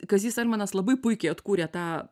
kazys almenas labai puikiai atkūrė tą